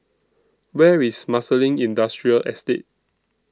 Where IS Marsiling Industrial Estate